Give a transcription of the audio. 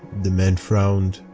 the man frowned,